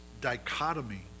dichotomy